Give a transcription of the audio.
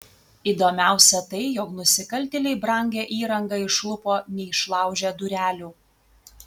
įdomiausia tai jog nusikaltėliai brangią įrangą išlupo neišlaužę durelių